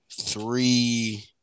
Three